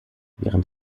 während